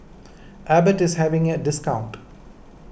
Abbott is having a discount